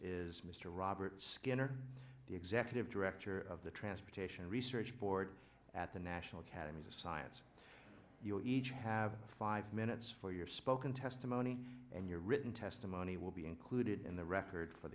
is mr robert skinner the executive director of the transportation research board at the national academies of science you each have five minutes for your spoken testimony and your written testimony will be included in the record for